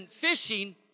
fishing